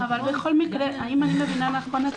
אם אני מבינה נכון,